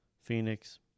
Phoenix